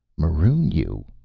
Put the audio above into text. maroon you!